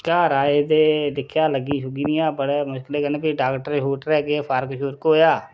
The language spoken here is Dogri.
घर आए ते दिक्खेआ लग्गी लुगी दियां बड़े मुश्कले कन्नै फ्ही डाक्टरै डूक्टरै गे फर्क सुर्क होएआ